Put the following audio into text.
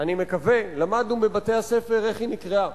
אני מקווה, למדנו בבתי-הספר איך היא נקראה.